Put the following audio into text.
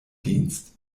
dienst